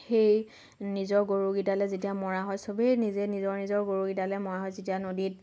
সেই নিজৰ গৰুকেইটালৈ যেতিয়া মৰা হয় সবেই নিজে নিজৰ নিজৰ গৰু কেইটালৈ মৰা হয় যেতিয়া নদীত